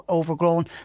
Overgrown